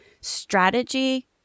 strategy